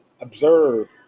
observe